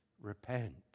Repent